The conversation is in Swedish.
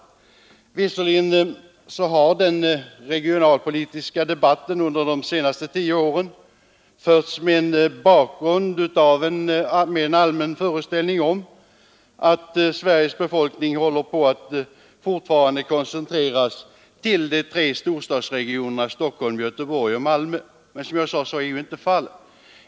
Visserligen har den regionalpolitiska debatten under de senaste tio åren förts mot bakgrund av en allmän föreställning om att Sveriges befolkning fortfarande håller på att koncentreras till de tre storstadsregionerna Stockholm, Göteborg och Malmö. Men så är inte fallet.